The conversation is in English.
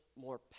more